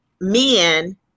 men